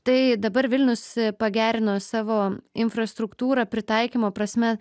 tai dabar vilnius pagerino savo infrastruktūrą pritaikymo prasme